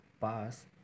pass